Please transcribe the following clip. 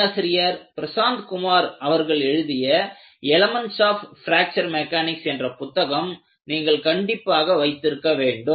பேராசிரியர் பிரசாந்த் குமார் அவர்கள் எழுதிய "எலமென்ட்ஸ் ஆப் பிராக்சர் மெக்கானிக்ஸ்" என்ற புத்தகம் நீங்கள் கண்டிப்பாக வைத்திருக்க வேண்டும்